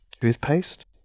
toothpaste